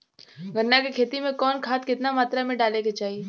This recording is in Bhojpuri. गन्ना के खेती में कवन खाद केतना मात्रा में डाले के चाही?